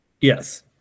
Yes